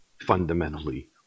fundamentally